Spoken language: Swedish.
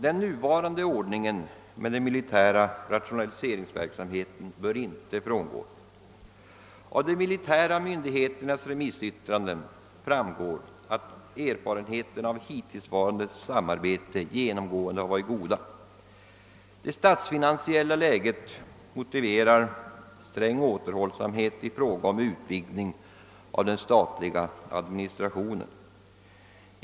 Den nuvarande ordningen inom den militära rationaliseringsverksamheten bör inte frångås. Av de militära myndigheternas remissyttranden framgår att erfarenheterna av hittillsvarande samarbete genomgående varit goda. Dessutom motiverar det statsfinansiella läget sträng återhållsamhet i fråga om utvidgning av den statliga administrationen.